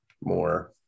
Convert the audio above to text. more